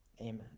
Amen